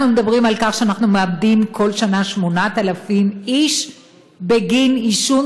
אנחנו מדברים על כך שאנחנו מאבדים כל שנה 8,000 איש בגין עישון,